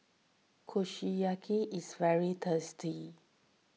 Kushiyaki is very tasty